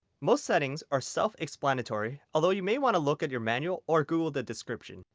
most settings are self explanatory although you may want to look at your manual or google the description.